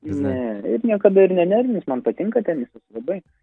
ne ir niekada ir nenervins man patinka tenisas labai